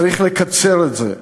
צריך לקצר את זה.